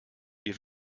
wir